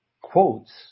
quotes